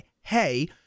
hey